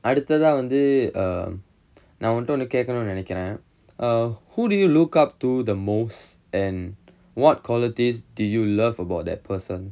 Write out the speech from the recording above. அடுத்ததா வந்து நா உன்ட ஒன்னு கேக்கனுனு நினைக்குறேன்:aduthatha vanthu naa unta onnu kaekkanunu ninaikkuraen err who do you look up to the most and what qualities do you love about that person